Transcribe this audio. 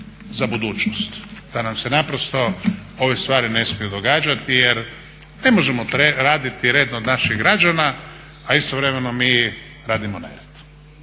za budućnost. Da nam se naprosto ove stvari ne smiju događati jer ne možemo tražiti red od naših građana, a istovremeno mi radimo nered.